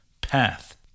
path